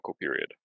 period